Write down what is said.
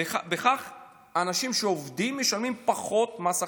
ובכך אנשים שעובדים משלמים פחות מס הכנסה.